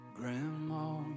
Grandma